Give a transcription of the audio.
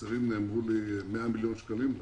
אמרו לי שחסרים 100 מיליון שקלים.